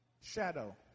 Shadow